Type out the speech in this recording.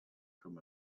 from